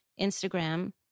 Instagram